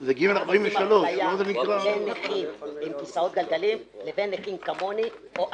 זה יוצר אפליה בין נכים עם כיסאות גלגלים לבין נכים כמוני או אסטמתיים.